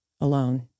alone